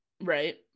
right